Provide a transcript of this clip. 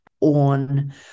on